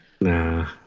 Nah